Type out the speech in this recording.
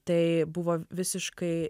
tai buvo visiškai